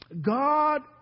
God